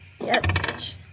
Yes